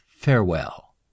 farewell